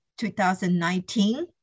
2019